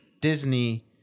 Disney